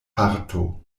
parto